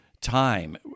time